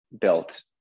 built